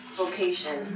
vocation